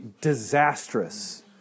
disastrous